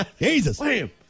Jesus